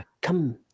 come